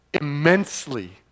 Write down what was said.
immensely